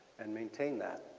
and maintain that.